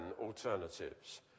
alternatives